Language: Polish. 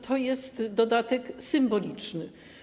To jest dodatek symboliczny.